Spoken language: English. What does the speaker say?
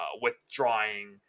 withdrawing